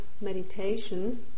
meditation